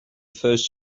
first